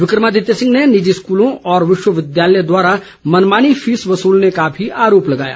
विक्रमादित्य सिंह ने निजी स्कलों और विश्वविद्यालय द्वारा मनमानी फीस वसूलने का भी आरोप लगाया